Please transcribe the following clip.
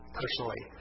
personally